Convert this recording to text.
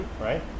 right